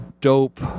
dope